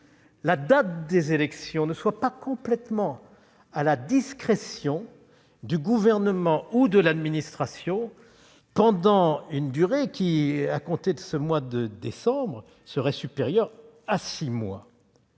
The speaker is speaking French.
la date des élections ne soit pas laissée à l'entière discrétion du Gouvernement ou de l'administration pendant une durée qui, à compter de ce mois de décembre, serait supérieure à six mois.